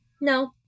no